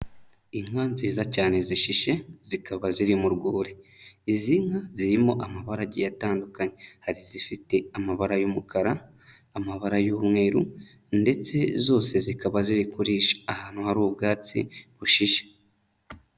Inka nziza cyane zishishe zikaba ziri mu rwuri, izi nka zirimo amabarage agiye atandukanye, hari izifite amabara y'umukara, amabara y'umweru ndetse zose zikaba ziri kurisha ahantu hari ubwatsi bushishe.